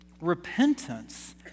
repentance